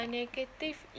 negative